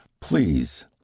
Please